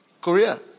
Korea